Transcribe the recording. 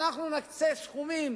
אנחנו נקצה סכומים